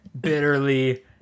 bitterly